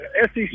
SEC